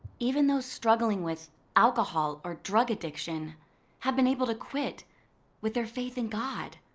even those struggling with alcohol or drug addiction have been able to quit with their faith in god.